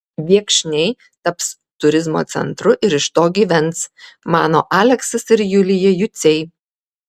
viekšniai taps turizmo centru ir iš to gyvens mano aleksas ir julija juciai